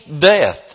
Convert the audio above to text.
death